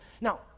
Now